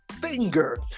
finger